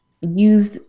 use